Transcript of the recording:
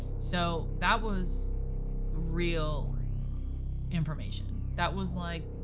so that was real information. that was like,